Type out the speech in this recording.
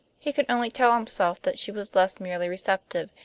he could only tell himself that she was less merely receptive,